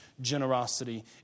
generosity